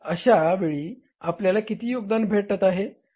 अशावेळी आपल्याला किती योगदान भेटत आहे